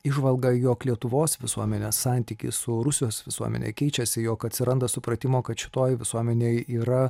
įžvalgą jog lietuvos visuomenės santykis su rusijos visuomene keičiasi jog atsiranda supratimo kad šitoj visuomenėj yra